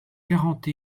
quarante